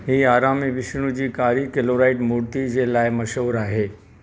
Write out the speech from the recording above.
ही आरामी विष्णु जी कारी क्लोराइट मूर्ति जे लाइ मशहूरु आहे